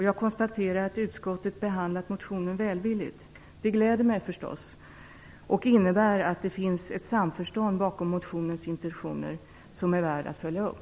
Jag konstaterar att utskottet behandlat motionen välvilligt. Det gläder mig förstås. Det innebär att det finns ett samförstånd kring motionens intentioner som är värt att följa upp.